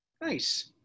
nice